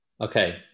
okay